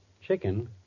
Chicken